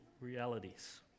realities